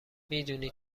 میدونی